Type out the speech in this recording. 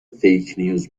فیکنیوز